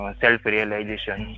self-realization